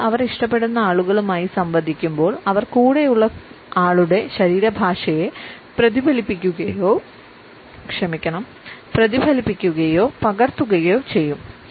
ആളുകൾ അവർ ഇഷ്ടപ്പെടുന്ന ആളുകളുമായി സംവദിക്കുമ്പോൾ അവർ കൂടെയുള്ള കൂടെയുള്ള ആളുടെ ശരീരഭാഷയെ പ്രതിഫലിപ്പിക്കുകയോ പകർത്തുകയോ ചെയ്യും